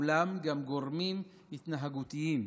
אולם גם גורמים התנהגותיים,